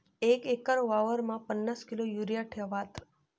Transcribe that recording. एक एकर वावरमा पन्नास किलो युरिया ठेवात